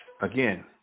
Again